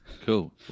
cool